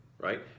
right